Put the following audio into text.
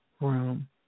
room